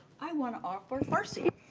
i want to offer mercy.